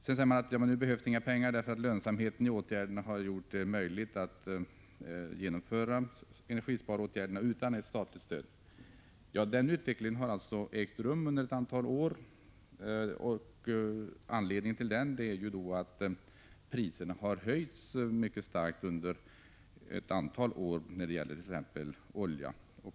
Man säger här att det nu inte behövs några pengar, för lönsamheten i åtgärderna har gjort det möjligt att genomföra energisparåtgärderna utan ett statligt stöd. Den utvecklingen har alltså ägt rum under ett antal år och anledningen till den är att priserna på t.ex. olja har höjts mycket starkt under denna period.